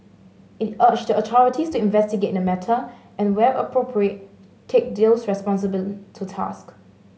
it urged the authorities to investigate the matter and where appropriate take those responsible to task